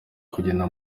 kugera